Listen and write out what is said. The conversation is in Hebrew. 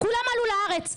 כולם עלו לארץ,